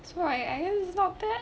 that's why I think is not bad